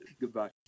Goodbye